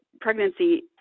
pregnancy